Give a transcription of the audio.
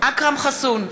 אכרם חסון,